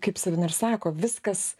kaip sabina ir sako viskas